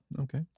okay